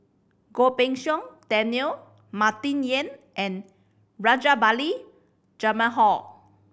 Goh Pei Siong Daniel Martin Yan and Rajabali Jumabhoy